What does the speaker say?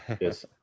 yes